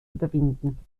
überwinden